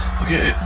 okay